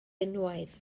unwaith